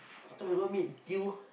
I thought you gonna meet Thew